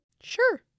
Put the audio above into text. Sure